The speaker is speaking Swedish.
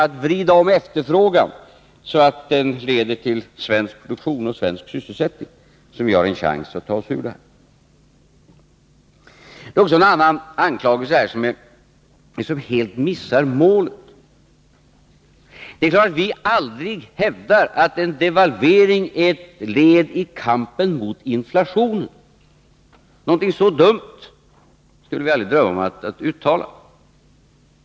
Att vrida om efterfrågan så att den leder till svensk produktion och svensk sysselsättning — det är detta som ger oss en chans att ta oss ur det här läget. Det är också en annan anklagelse som helt missar målet. Det är klart att vi aldrig hävdar att en devalvering är ett led i kampen mot inflationen. Någonting så dumt skulle vi aldrig drömma om att uttala.